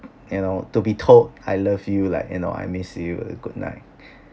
you know to be told I love you like you know I miss you goodnight